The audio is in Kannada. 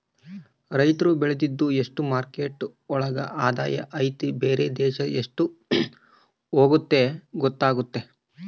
ರೈತ್ರು ಬೆಳ್ದಿದ್ದು ಎಷ್ಟು ಮಾರ್ಕೆಟ್ ಒಳಗ ಆದಾಯ ಐತಿ ಬೇರೆ ದೇಶಕ್ ಎಷ್ಟ್ ಹೋಗುತ್ತೆ ಗೊತ್ತಾತತೆ